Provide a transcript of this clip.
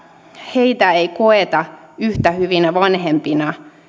heitä ei koeta yhtä hyvinä vanhempina